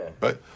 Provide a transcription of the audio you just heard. Right